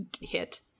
hit